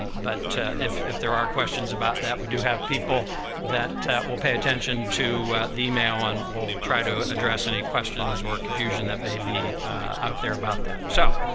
but if if there are questions about that, we do have people that will pay attention to the e-mail and we'll try to address any questions or confusion that may be out there about that. so,